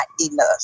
enough